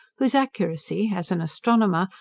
whose accuracy, as an astronomer,